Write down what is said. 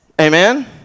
Amen